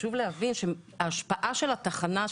חשוב להבין שההשפעה של התחנה,